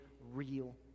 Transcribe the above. real